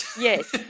Yes